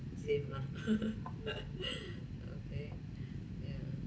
save lah okay ya